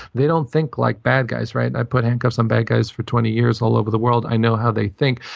they don't think like bad guys. right? i've put handcuffs on um bad guys for twenty years all over the world. i know how they think.